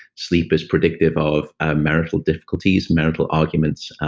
sleep is predictive of ah marital difficulties, marital arguments,